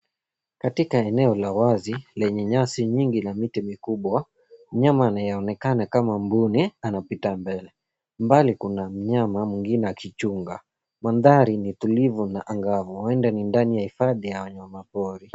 Katika eneo la wazi lenye nyasi nyingi na miti mikubwa, mnyama anayeonekana kama mbuni anapita mbele. Mbali kuna mnyama mwingine akichunga. Mandhari ni tulivu na angavu huenda ni ndani ya hifadhi ya wanyama pori.